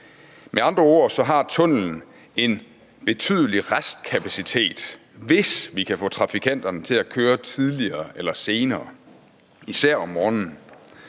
Med andre ord har tunnellen en betydelig restkapacitet, hvis vi kan få trafikanterne til at køre tidligere eller senere, især om morgenen.